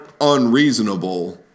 unreasonable